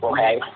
Okay